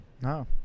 No